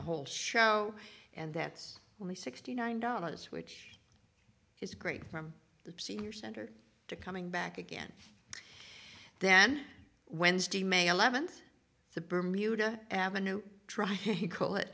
the whole show and that's only sixty nine dollars which is great from the senior center to coming back again then wednesday may eleventh the bermuda avenue try you call it